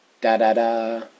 da-da-da